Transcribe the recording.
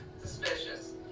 Suspicious